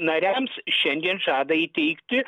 nariams šiandien žada įteikti